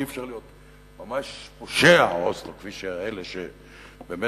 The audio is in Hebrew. אי-אפשר להיות ממש פושע אוסלו כפי אלה שבאמת,